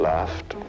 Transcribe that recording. Laughed